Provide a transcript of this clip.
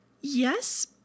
Yes